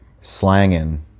Slanging